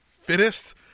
fittest